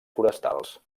forestals